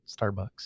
Starbucks